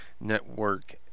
network